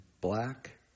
black